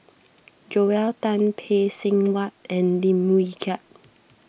Joel Tan Phay Seng Whatt and Lim Wee Kiak